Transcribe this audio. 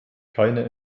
keine